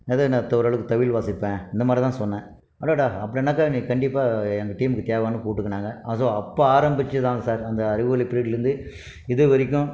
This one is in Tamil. அடுத்தது நான் ஓரளவுக்கு தவில் வாசிப்பேன் இந்த மாதிரி தான் சொன்னேன் அடடா அப்படின்னாக்க நீ கண்டிப்பாக எங்கள் டீமுக்கு தேவைன்னு கூட்டிக்குனாங்க அதுவும் அப்போ ஆரம்பித்ததுதான் சார் அந்த அறிவொளி பீரியட்லருந்து இது வரைக்கும்